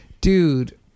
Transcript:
Dude